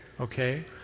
okay